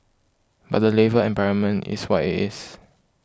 but the labour environment is what it is